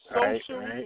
social